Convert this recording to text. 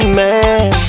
man